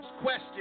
question